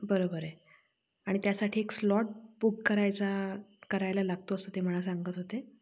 बरोबर आहे आणि त्यासाठी एक स्लॉट बुक करायचा करायला लागतो असं ते मला सांगत होते